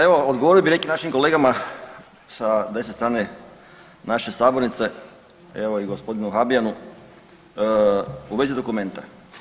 Evo odgovorio bi nekim našim kolegama sa desne strane naše sabornice, evo i gospodinu Habijanu u vezi dokumenta.